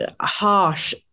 harsh